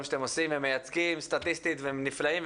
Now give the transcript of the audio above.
שהממ"מ עושים הם מייצגים סטטיסטית והם נפלאים.